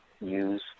use